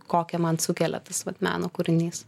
kokią man sukelia tas vat meno kūrinys